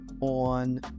on